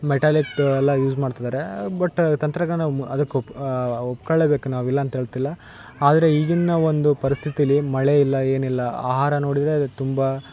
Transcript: ಮೆಟಾಲಿಕ್ದ್ ಎಲ್ಲ ಯೂಸ್ ಮಾಡ್ತಿದಾರೆ ಬಟ್ ತಂತ್ರಜ್ಞಾನ ಅದಕೊಪ್ ಒಪ್ಕಳ್ಳೆ ಬೇಕು ನಾವು ಇಲ್ಲ ಅಂತೇಳ್ತಿಲ್ಲ ಅದರೆ ಈಗಿನ ಒಂದು ಪರಿಸ್ಥಿತಿಯಲ್ಲಿ ಮಳೆಯಿಲ್ಲ ಏನಿಲ್ಲ ಆಹಾರ ನೋಡಿದರೆ ಅದು ತುಂಬ